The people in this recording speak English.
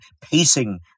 pacing